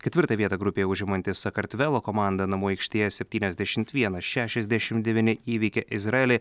ketvirtą vietą grupėje užimanti sakartvelo komandą namų aikštėje septyniasdešimt vienas šešiasdešimt devyni įveikė izraelį